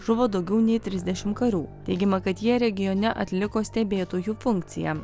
žuvo daugiau nei trisdešim karių teigiama kad jie regione atliko stebėtojų funkciją